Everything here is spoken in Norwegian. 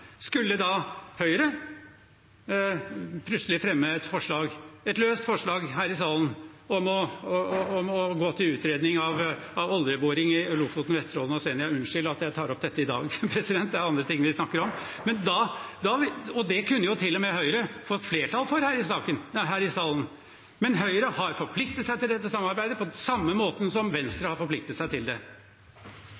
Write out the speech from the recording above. Skulle da Høyre plutselig fremme et forslag, et løst forslag her i salen, om å gå til utredning av oljeboring i Lofoten, Vesterålen og Senja? – Unnskyld at jeg tar opp dette i dag, president, det er andre ting vi snakker om – og det kunne jo Høyre til og med fått flertall for her i salen. Men Høyre har forpliktet seg til dette samarbeidet, på samme måten som